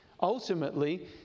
Ultimately